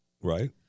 right